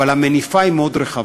אבל המניפה היא מאוד רחבה.